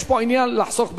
יש פה עניין לחסוך בכסף.